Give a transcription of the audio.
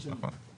נכון?